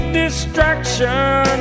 distraction